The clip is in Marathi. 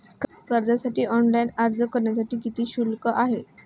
कर्जासाठी ऑनलाइन अर्ज करण्यासाठी किती शुल्क आहे?